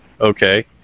okay